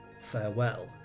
farewell